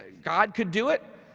god could do it,